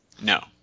No